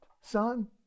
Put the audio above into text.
son